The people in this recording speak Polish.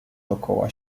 dokoła